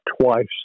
twice